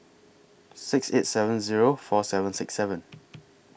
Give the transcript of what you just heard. six eight seven Zero four seven six seven